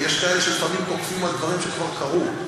כי יש כאלה שלפעמים תוקפים על דברים שכבר קרו,